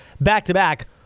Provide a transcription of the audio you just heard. back-to-back